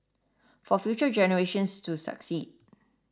for future generations to succeed